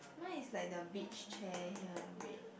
mine is like the beach chair here red